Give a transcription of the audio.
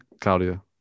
Claudia